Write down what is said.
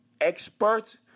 expert